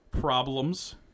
problems